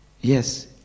yes